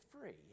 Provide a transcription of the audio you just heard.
free